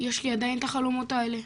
יש לי עדיין את החלומות האלה,